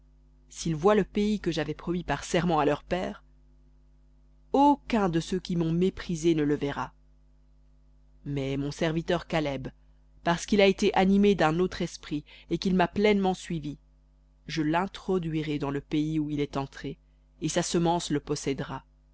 s'ils voient le pays que j'avais promis par serment à leurs pères aucun de ceux qui m'ont méprisé ne le verra mais mon serviteur caleb parce qu'il a été animé d'un autre esprit et qu'il m'a pleinement suivi je l'introduirai dans le pays où il est entré et sa semence le possédera